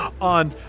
on